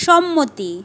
সম্মতি